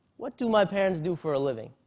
what do my parents do for a living?